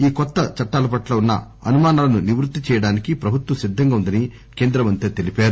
ఈ కొత్త చట్టాలపట్ల ఉన్న అనుమానాలను నివృత్తి చేయడానికి ప్రభుత్వం సిద్దంగా ఉందని కేంద్ర మంత్రి తెలిపారు